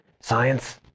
Science